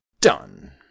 Done